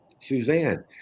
suzanne